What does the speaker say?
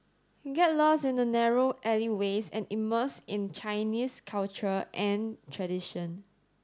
get lost in the narrow alleyways and immerse in Chinese culture and tradition